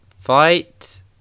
fight